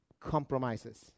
compromises